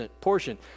portion